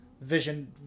vision